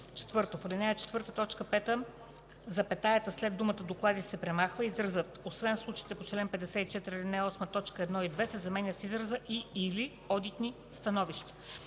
4, т. 5, запетаята след думата „доклади” се премахва и изразът „освен в случаите по чл. 54, ал. 8, т. 1 и 2” се заменя с израза „и/или одитни становища”.